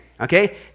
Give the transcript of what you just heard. okay